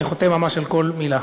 אני חותם ממש על כל מילה,